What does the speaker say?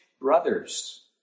brothers